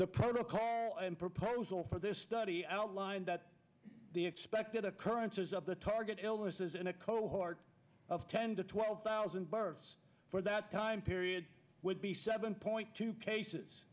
the protocol and proposal for this study outlined that the expected occurrences of the target illnesses in a cohort of ten to twelve thousand births for that time period would be seven point two cases